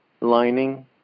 lining